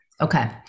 Okay